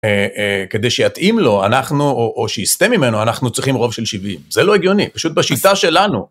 כדי שיתאים לו, אנחנו, או שיסטה ממנו, אנחנו צריכים רוב של 70, זה לא הגיוני, פשוט בשיטה שלנו.